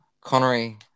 Connery